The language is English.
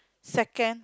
second